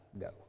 go